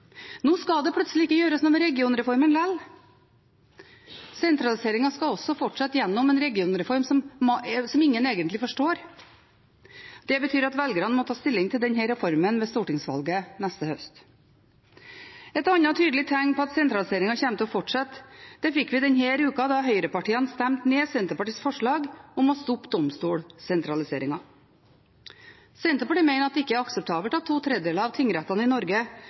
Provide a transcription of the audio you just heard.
Nå skal det plutselig ikke gjøres noe med regionreformen likevel. Sentraliseringen skal også fortsette gjennom en regionreform som ingen egentlig forstår. Det betyr at velgerne må ta stilling til denne reformen ved stortingsvalget neste høst. Et annet tydelig tegn på at sentraliseringen kommer til å fortsette, fikk vi denne uka, da høyrepartiene stemte ned Senterpartiets forslag om å stoppe domstolssentraliseringen. Senterpartiet mener at det ikke er akseptabelt at to tredjedeler av tingrettene i Norge